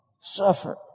Suffer